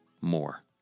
more